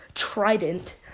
trident